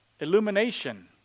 illumination